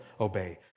obey